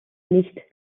nicht